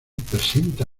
presenta